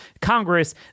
congress